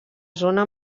zona